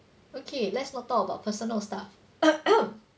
okay let's not talk about personal stuff